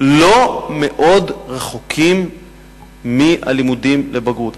לא מאוד רחוקים מהלימודים לבגרות.